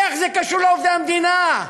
איך זה קשור לעובדי המדינה?